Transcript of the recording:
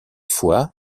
fois